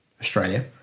Australia